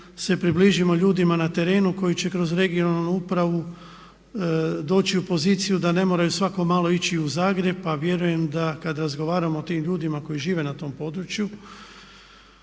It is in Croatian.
se približimo ljudima na terenu koji će kroz regionalnu upravu doći u poziciju da ne moraju svako malo ići u Zagreb. Pa vjerujem da kad razgovaramo o tim ljudima koji žive na tom području